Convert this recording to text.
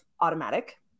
automatic